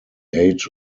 age